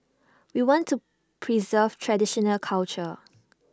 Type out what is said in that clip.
we want to preserve traditional culture